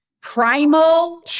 primal